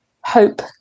hope